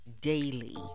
daily